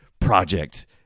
project